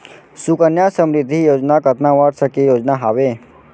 सुकन्या समृद्धि योजना कतना वर्ष के योजना हावे?